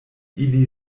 ili